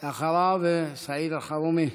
אחריו, סעיד אלחרומי.